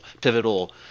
pivotal